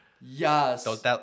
Yes